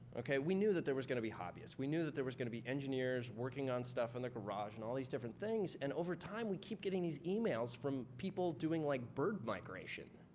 okay? we knew that there was going to be hobbyists. we knew that there was going to be engineers working on stuff in their garage and all these different things. and over time, we keep getting these e-mails from people doing like bird migration.